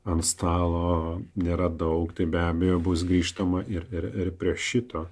ant stalo nėra daug tai be abejo bus grįžtama ir ir prie šito